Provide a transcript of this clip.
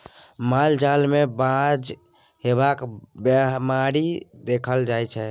माल जाल मे बाँझ हेबाक बीमारी देखल जाइ छै